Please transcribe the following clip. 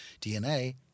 DNA